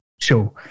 show